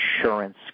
insurance